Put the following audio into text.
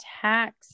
tax